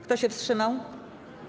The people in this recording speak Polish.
Kto się wstrzymał?